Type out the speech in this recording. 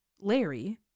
Larry